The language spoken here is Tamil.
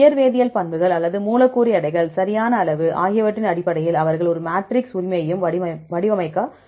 இயற்வேதியியல் பண்புகள் அல்லது மூலக்கூறு எடைகள் சரியான அளவு ஆகியவற்றின் அடிப்படையில் அவர்கள் ஒரு மேட்ரிக்ஸ் உரிமையையும் வடிவமைக்க முடியும்